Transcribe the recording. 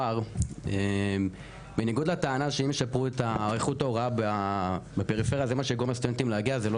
אני חושב שזה משמעותי גם להון האנושי של הפריפריה וגם